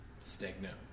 stagnant